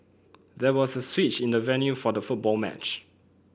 there was a switch in the venue for the football match